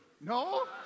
No